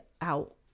out